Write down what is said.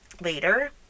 later